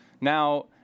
Now